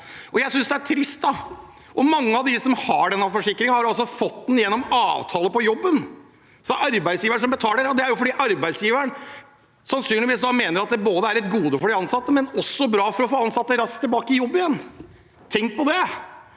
Jeg synes det er trist. Mange av dem som har slik forsikring, har også fått den gjennom avtale på jobben. Det er arbeidsgiver som betaler, og det er fordi arbeidsgiveren sannsynligvis mener det både er et gode for de ansatte og også bra for å få ansatte raskt tilbake i jobb igjen. Tenk på det